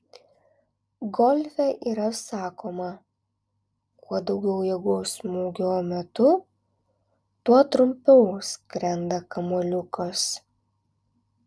golfe yra sakoma kuo daugiau jėgos smūgio metu tuo trumpiau skrenda kamuoliukas